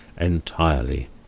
Entirely